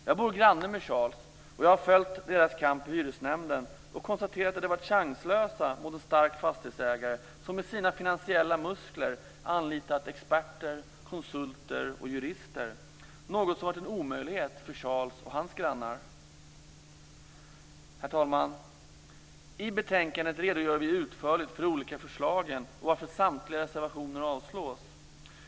Jag bor granne med Charles och har följt deras kamp i hyresnämnden, och jag har konstaterat att de har varit chanslösa mot en stark fastighetsägare, som med sina finansiella muskler anlitat experter, konsulter och jurister - något som varit en omöjlighet för Herr talman! I betänkandet redogör vi utförligt för de olika förslagen och varför samtliga reservationer avstyrks.